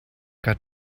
got